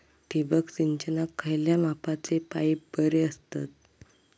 ठिबक सिंचनाक खयल्या मापाचे पाईप बरे असतत?